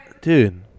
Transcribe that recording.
Dude